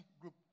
group